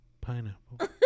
pineapple